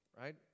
right